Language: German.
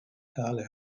perle